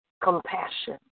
compassion